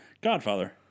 Godfather